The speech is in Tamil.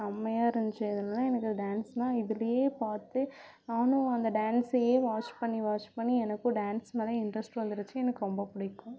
செம்மையை இருந்துச்சி அதனால் எனக்கு டான்ஸ்ன்னா இதுலையே பார்த்து நானும் அந்த டான்ஸையே வாட்ச் பண்ணி வாட்ச் பண்ணி எனக்கும் டான்ஸ் மேலே இன்ட்ரெஸ்ட் வந்துருச்சு எனக்கு ரொம்ப பிடிக்கும்